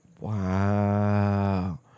Wow